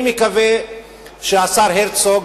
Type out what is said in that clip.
אני מקווה שהשר הרצוג